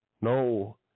no